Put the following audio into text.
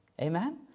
amen